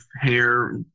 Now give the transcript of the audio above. hair